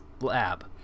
lab